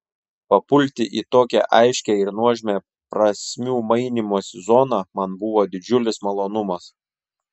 papulti į tokią aiškią ir nuožmią prasmių mainymosi zoną man buvo didžiulis malonumas